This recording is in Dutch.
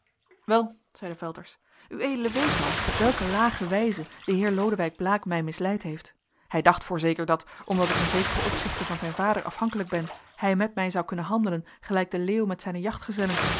wel zeide velters ued weet dan op welke lage wijze de heer lodewijk blaek mij misleid heeft hij dacht voorzeker dat omdat ik in zekere opzichten van zijn vader afhankelijk ben hij met mij zou kunnen handelen gelijk de leeuw met zijne